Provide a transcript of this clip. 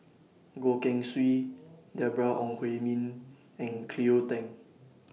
Goh Keng Swee Deborah Ong Hui Min and Cleo Thang